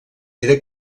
era